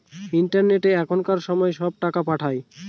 ইন্টারনেটে এখনকার সময় সব টাকা পাঠায়